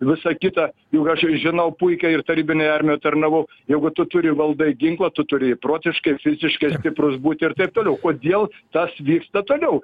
visa kita juk aš žinau puikiai ir tarybinėj armijoj tarnavau jegu tu turi valdai ginklą tu turi protiškai fiziškai stiprus būti ir taip toliau kodėl tas vyksta toliau